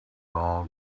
all